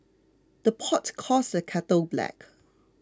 the pot calls the kettle black